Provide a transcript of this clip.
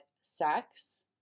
sex